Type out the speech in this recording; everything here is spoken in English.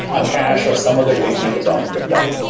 a cache or some other technique is often required.